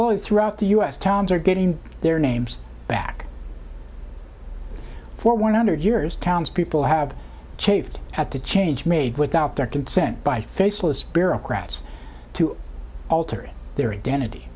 slowly throughout the u s towns are getting their names back for one hundred years townspeople have changed had to change made without their consent by faceless bureaucrats to alter their identity